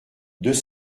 deux